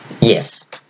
Yes